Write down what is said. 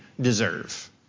deserve